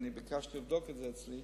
ואני ביקשתי לבדוק את זה אצלי,